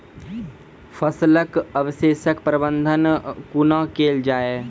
फसलक अवशेषक प्रबंधन कूना केल जाये?